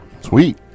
Sweet